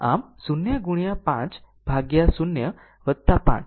આમ 0 ગુણ્યા 5 ભાગ્યા 0 5 0 Ω